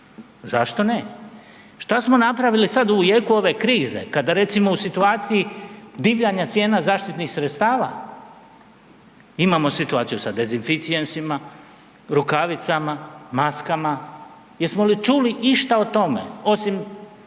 Zašto ne? Šta smo napravili sada u jeku ove krize kada recimo u situaciji divljanja cijena zaštitnih sredstava? Imamo situaciju sa dezinficijensima, rukavicama, maskama jesmo li čuli išta o tome osim